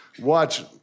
watch